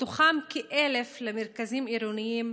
ומתוכם כ-1,000 למרכזים עירוניים,